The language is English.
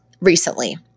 recently